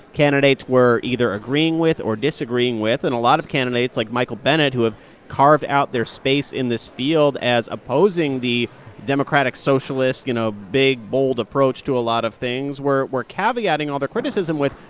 candidates were either agreeing with or disagreeing with. and a lot of candidates, like michael bennet, who have carved out their space in this field as opposing the democratic socialist, you know, big, bold approach to a lot of things were were caveating all their criticism with,